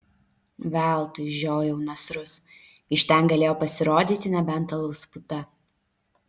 veltui žiojau nasrus iš ten galėjo pasirodyti nebent alaus puta